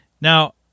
Now